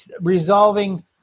resolving